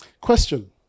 Question